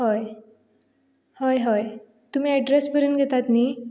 हय हय हय तुमी एड्रेस बरोवन घेतात न्ही